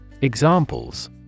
Examples